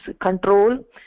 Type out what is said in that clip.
control